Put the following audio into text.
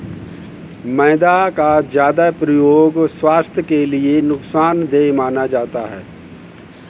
मैदा का ज्यादा प्रयोग स्वास्थ्य के लिए नुकसान देय माना जाता है